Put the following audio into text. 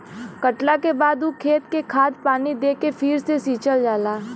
कटला के बाद ऊ खेत के खाद पानी दे के फ़िर से सिंचल जाला